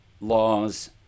laws